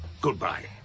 goodbye